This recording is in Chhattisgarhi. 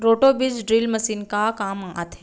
रोटो बीज ड्रिल मशीन का काम आथे?